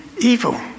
evil